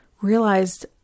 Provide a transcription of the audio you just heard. realized